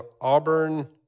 Auburn